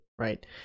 right